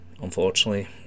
unfortunately